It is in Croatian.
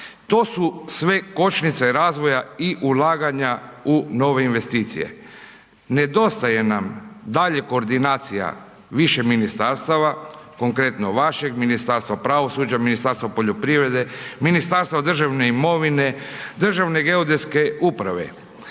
to su sve kočnice razvoja i ulaganja u nove investicije. Nedostaje nam dalje koordinacija više ministarstava, konkretno vašeg ministarstva, pravosuđa, Ministarstvo poljoprivrede, Ministarstvo državne imovine, državne geodetske uprave.